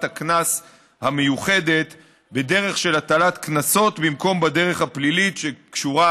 הקנס המיוחדת בדרך של הטלת קנסות במקום בדרך הפלילית שקשורה,